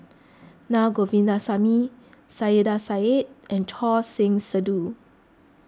Na Govindasamy Saiedah Said and Choor Singh Sidhu